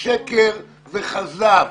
שקר וכזב.